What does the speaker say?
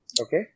Okay